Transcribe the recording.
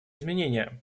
изменения